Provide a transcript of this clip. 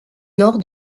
nord